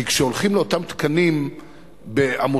כי כשהולכים לאותם תקנים בעמותות,